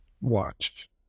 watch